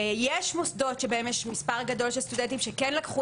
יש מוסדות שבהם יש מספר גדול של סטודנטים שכן לקחו